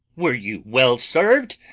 were you well serv'd,